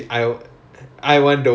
bit the I want don't want